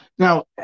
Now